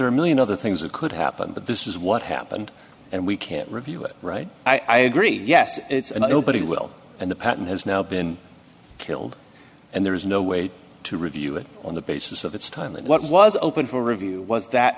one million other things that could happen but this is what happened and we can't review it right i agree yes it's a nobody will and the patent has now been killed and there is no way to review it on the basis of its time and what was open for review was that